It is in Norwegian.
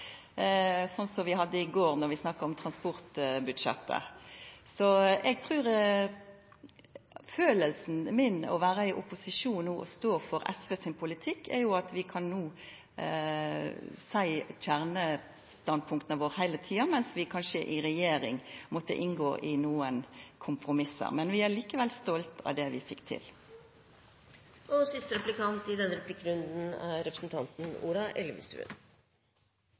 i går, då vi snakka om transportbudsjettet. Så eg trur følelsen min når det gjeld å vera i opposisjon no og stå for SV sin politikk, er at vi no kan gje uttrykk for kjernestandpunkta våre heile tida, mens vi i regjering kanskje måtte vera med på nokre kompromiss, men vi er likevel stolte av det vi fekk